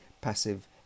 passive